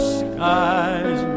skies